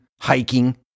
hiking